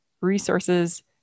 resources